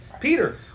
Peter